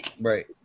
Right